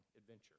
adventure